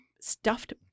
stuffed